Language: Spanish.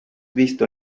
visto